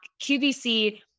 QVC